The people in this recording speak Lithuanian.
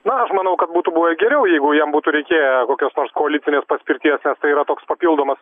na aš manau kad būtų buvę geriau jeigu jam būtų reikėję kokios nors koalicinės paskirties nes tai yra toks papildomas